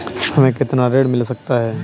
हमें कितना ऋण मिल सकता है?